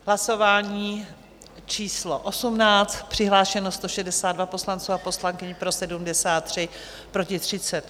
Hlasování číslo 18, přihlášeno 162 poslanců a poslankyň, pro 73, proti 38.